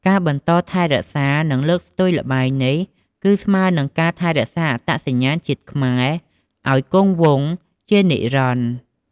ការបន្តថែរក្សា និងលើកស្ទួយល្បែងនេះ គឺស្មើនឹងការថែរក្សាអត្តសញ្ញាណជាតិខ្មែរឱ្យគង់វង្សជានិរន្តរ៍។